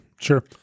sure